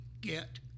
get